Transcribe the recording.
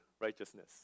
righteousness